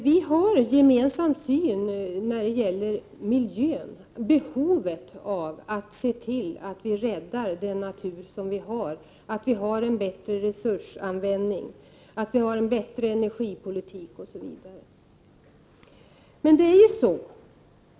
Vi har en gemensam syn när det gäller miljön och behovet av att rädda den natur vi har, en bättre resursanvändning och en bättre energipolitik osv.